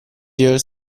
deer